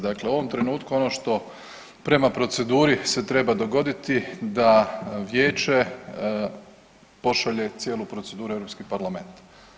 Dakle u ovom trenutku ono što prema proceduri se treba dogoditi da Vijeće pošalje cijelu proceduru u EU parlament.